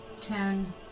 ten